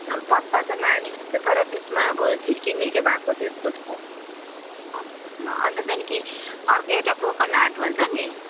पता चाहिँ माने जस्तो तर त्यसमा अब छिर्केमिर्के भएको त्यस्तो छ अन्त त्यहाँदेखि अर्को एउटा ब्रोकन हार्ट भन्छ नि